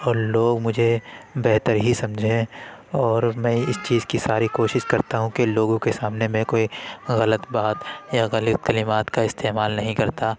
اور لوگ مجھے بہتر ہی سمجھیں اور میں اِس چیز کی ساری کوشش کرتا ہوں کہ لوگوں کے سامنے میں کوئی غلط بات یا غلط کلمات کا استعمال نہیں کرتا